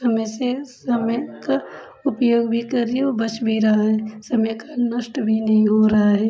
समय से समय का उपयोग भी कर रही हूँ बच भी रहा है समय का नष्ट भी नहीं हो रहा है